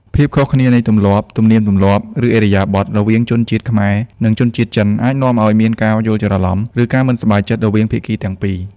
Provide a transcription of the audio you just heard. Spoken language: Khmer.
ភាពខុសគ្នានៃទម្លាប់ ទំនៀមទម្លាប់ ឬឥរិយាបថ រវាងជនជាតិខ្មែរ និងជនជាតិចិនអាចនាំឱ្យមានការយល់ច្រឡំ ឬការមិនសប្បាយចិត្តរវាងភាគីទាំងពីរ។